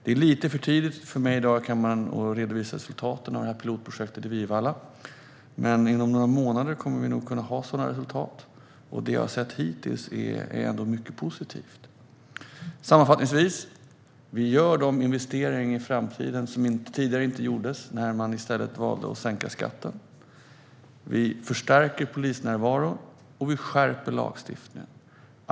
Det är lite för tidigt för mig i dag att i kammaren redovisa resultaten av det här pilotprojektet i Vivalla, men inom några månader kommer vi nog att kunna ha sådana resultat, och det jag har sett hittills är mycket positivt. Sammanfattningsvis: Vi gör de investeringar i framtiden som inte gjordes tidigare, då man i stället valde att sänka skatten. Vi förstärker polisnärvaron och skärper lagstiftningen.